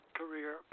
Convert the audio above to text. career